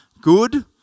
good